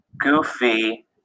Goofy